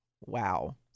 Wow